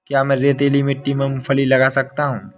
क्या मैं रेतीली मिट्टी में मूँगफली लगा सकता हूँ?